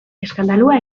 eskandalua